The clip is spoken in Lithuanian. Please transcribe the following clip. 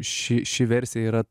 ši ši versija yra